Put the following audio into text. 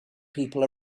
people